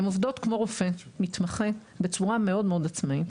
הן עובדות כמו רופא מתמחה בצורה מאוד מאוד עצמאית.